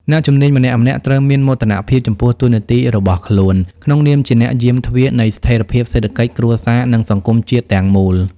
អ្នកជំនាញម្នាក់ៗត្រូវមានមោទនភាពចំពោះតួនាទីរបស់ខ្លួន ក្នុងនាមជាអ្នកយាមទ្វារនៃស្ថិរភាពសេដ្ឋកិច្ចគ្រួសារ និងសង្គមជាតិទាំងមូល។